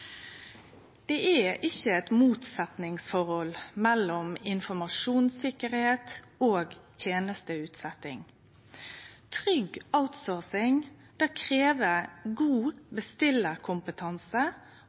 Det er ikkje eit motsetningsforhold mellom informasjonssikkerheit og tenesteutsetjing. Trygg outsourcing krev